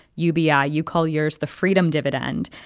ubi. ah you call yours the freedom dividend.